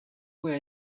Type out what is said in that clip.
were